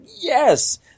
yes